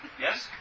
Yes